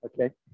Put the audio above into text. Okay